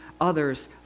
others